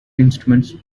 instruments